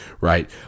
right